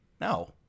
No